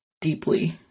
deeply